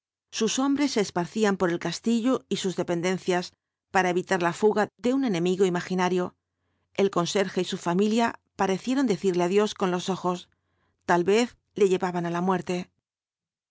sus hombres se esparcían por el castillo y sus dependiencias para evitar la fuga de un enemigo imaginario el conserje y su familia parecieron decirle adiós con los ojos tal vez le llevaban á la muerte